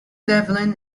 devlin